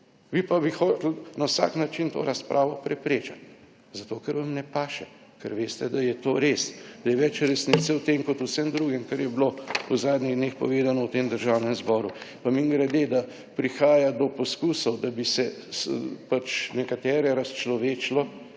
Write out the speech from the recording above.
Vi pa bi hoteli na vsak način to razpravo preprečiti, zato ker vam ne paše, ker veste, da je to res, da je več resnice o tem kot v vsem drugem, kar je bilo v zadnjih dneh povedano v tem Državnem zboru. Pa mimogrede, da prihaja do poskusov, da bi se pač nekatere razčlovečilo,